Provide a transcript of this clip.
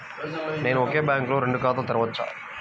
నేను ఒకే బ్యాంకులో రెండు ఖాతాలు తెరవవచ్చా?